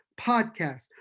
Podcast